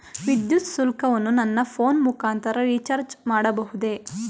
ವಿದ್ಯುತ್ ಶುಲ್ಕವನ್ನು ನನ್ನ ಫೋನ್ ಮುಖಾಂತರ ರಿಚಾರ್ಜ್ ಮಾಡಬಹುದೇ?